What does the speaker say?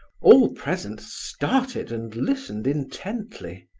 all present started and listened intently.